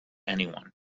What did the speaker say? anyone